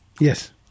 Yes